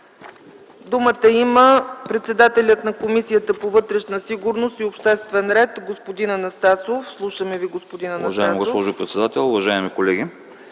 Думата има председателят на Комисията по вътрешна сигурност и обществен ред господин Анастасов. Слушаме Ви, господин Анастасов.